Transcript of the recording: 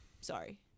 Sorry